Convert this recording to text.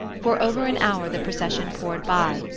for over an hour the procession poured by,